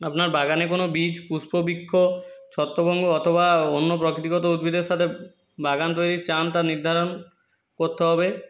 আপনার বাগানে কোনো বীজ পুষ্পবৃক্ষ ছত্রভঙ্গ অথবা অন্য প্রকৃতিগত উদ্ভিদের সাথে বাগান তৈরির চার্মটা নির্ধারণ করতে হবে